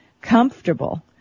comfortable